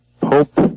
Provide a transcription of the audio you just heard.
Pope